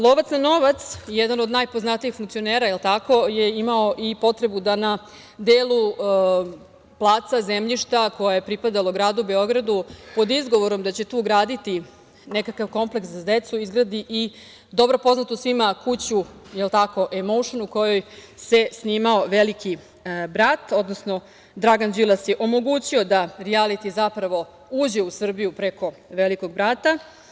Lovac na novac, jedan od najpoznatijih funkcionera je imao i potrebu da na delu placa, zemljišta koje je pripadalo gradu Beogradu, pod izgovorom da će tu graditi nekakav kompleks za decu, izgradi i dobro poznatu svima kuću „Emoušn“, u kojoj se snimao „Veliki brat“, odnosno Dragan Đilas je omogućio da rijaliti uđe u Srbiju preko „Velikog brata“